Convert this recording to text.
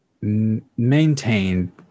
maintain